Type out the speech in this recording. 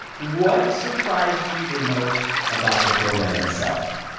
what surprised you the most about the program itself?